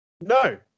No